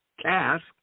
task